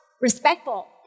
respectful